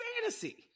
fantasy